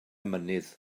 mynydd